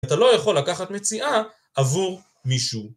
אתה לא יכול לקחת מציאה עבור מישהו.